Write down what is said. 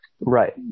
Right